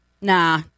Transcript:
Nah